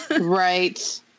Right